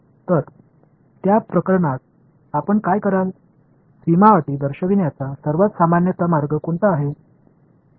तर त्या प्रकरणात आपण काय कराल सीमा अटी दर्शविण्याचा सर्वात सामान्यतः कोणता मार्ग आहे